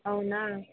అవునా